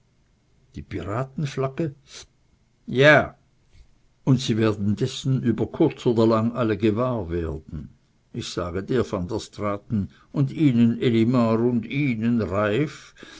die piratenflagge ja und sie werden dessen über kurz oder lang alle gewahr werden ich sage dir van der straaten und ihnen elimar und ihnen reiff